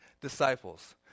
disciples